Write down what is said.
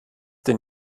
denn